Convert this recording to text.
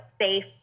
safe